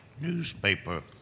newspaper